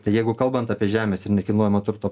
tai jeigu kalbant apie žemės ir nekilnojamo turto